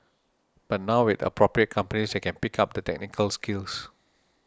but now with appropriate companies they can pick up the technical skills